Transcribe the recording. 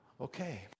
Okay